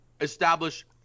establish